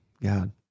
God